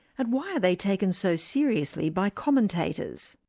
and why are they taken so seriously by commentators?